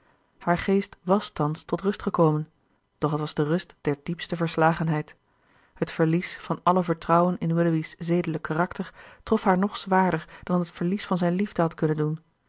haar geest wàs thans tot rust gekomen doch het was de rust der diepste verslagenheid het verlies van alle vertrouwen in willoughby's zedelijk karakter trof haar nog zwaarder dan het verlies van zijn liefde had kunnen doen